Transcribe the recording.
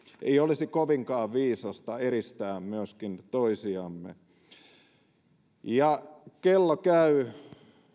ei olisi kovinkaan viisasta eristää myöskin toisiamme kello käy